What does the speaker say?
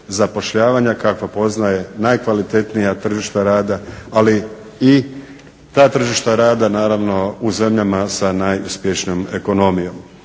zapošljavanja kakve poznaje najkvalitetnija tržišta rada, ali i ta tržišta rada naravno u zemljama sa najuspješnijom ekonomijom.